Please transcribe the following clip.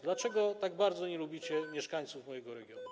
Dlaczego tak bardzo nie lubicie mieszkańców mojego regionu?